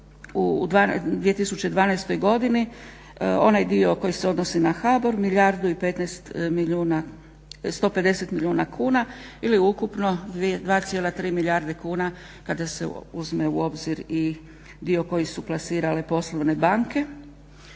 u 2012. godini onaj dio koji se odnosi na HBOR milijardu i 150 milijuna kuna ili ukupno 2,3 milijarde kuna kada se uzme u obzir i dio koji su plasirale poslovne banke.